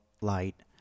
light